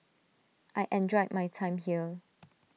I enjoy my time here